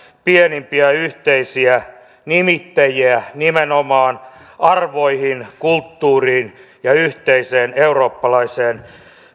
pienimpiä yhteisiä nimittäjiä nimenomaan arvoihin kulttuuriin ja yhteiseen eurooppalaiseen